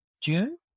June